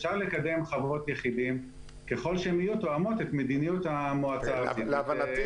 אפשר לקדם חוות יחידים ככל שהן יהיו תואמות את מדיניות המועצה הארצית.